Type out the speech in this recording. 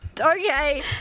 Okay